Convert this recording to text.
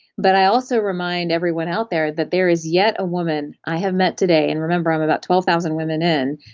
but i also remind everyone out there that there is yet a woman i have met today, and remember i'm about twelve thousand women in,